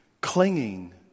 Clinging